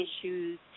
issues